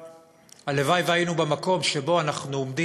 הלוואי שהיינו במקום שבו אנחנו עומדים